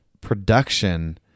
production